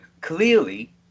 Clearly